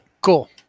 Cool